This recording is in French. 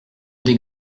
des